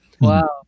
Wow